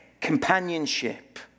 companionship